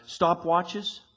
stopwatches